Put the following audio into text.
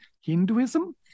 Hinduism